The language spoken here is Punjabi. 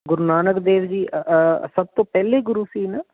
ਗੁਰੂ ਨਾਨਕ ਦੇਵ ਜੀ ਸਭ ਤੋਂ ਪਹਿਲੇ ਗੁਰੂ ਸੀ ਨਾ